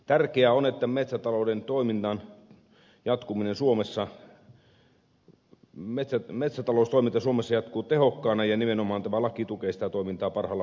tärkeää on että metsätaloustoiminta suomessa jatkuu tehokkaana ja nimenomaan tämä laki tukee sitä toimintaa parhaalla mahdollisella tavalla